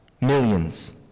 Millions